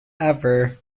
ever